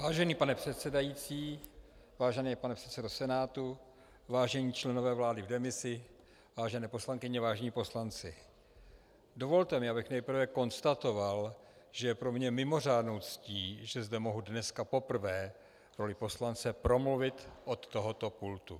Vážený pane předsedající, vážený pane předsedo Senátu, vážení členové vlády v demisi, vážené poslankyně, vážení poslanci, dovolte mi, abych nejprve konstatoval, že je pro mne mimořádnou ctí, že zde mohu dneska poprvé v roli poslanci promluvit od tohoto pultu.